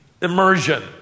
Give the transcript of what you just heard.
immersion